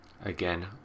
Again